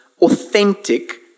authentic